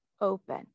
open